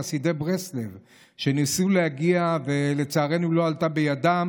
חסידי ברסלב שניסו להגיע בראש השנה ולצערנו לא עלה בידם.